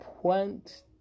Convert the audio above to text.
point